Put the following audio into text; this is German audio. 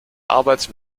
arbeit